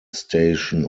station